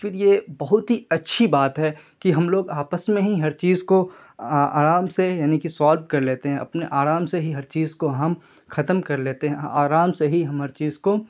پھر یہ بہت ہی اچھی بات ہے کہ ہم لوگ آپس میں ہی ہر چیز کو آرام سے یعنی کہ سولو کر لیتے ہیں اپنے آرام سے ہی ہر چیز کو ہم ختم کر لیتے ہیں آرام سے ہی ہم ہر چیز کو